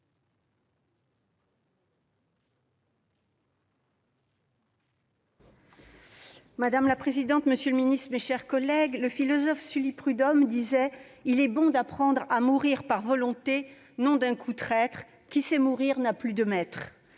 Madame la présidente, monsieur le ministre, mes chers collègues, le philosophe Sully Prudhomme disait :« Il est bon d'apprendre à mourir par volonté, non d'un coup traître. [...] Qui sait mourir n'a plus de maître.